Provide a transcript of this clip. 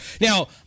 Now